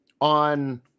on